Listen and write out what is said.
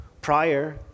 prior